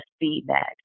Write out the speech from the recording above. feedback